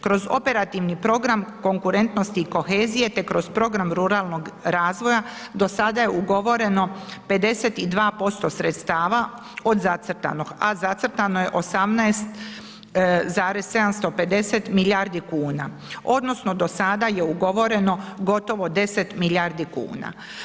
Kroz operativni program Konkurentnost i kohezije te kroz program ruralnog razvoja, do sada je ugovoreno 52% sredstava od zacrtanog, a zacrtano je 18,750 milijardi kuna, odnosno do sada je ugovoreno gotovo 10 milijardu kuna.